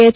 H